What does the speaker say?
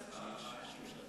הצבעה.